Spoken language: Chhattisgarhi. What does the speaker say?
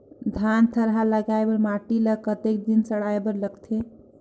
धान थरहा लगाय बर माटी ल कतेक दिन सड़ाय बर लगथे?